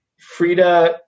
Frida